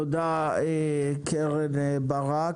תודה, קרן ברק.